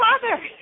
father